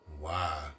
Wow